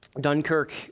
Dunkirk